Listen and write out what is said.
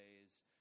days